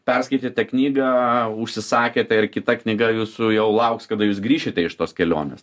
perskaitėte knygą užsisakėte ir kita knyga jūsų jau lauks kada jūs grįšite iš tos kelionės